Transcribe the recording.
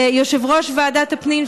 ליושב-ראש ועדת הפנים,